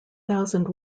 thousand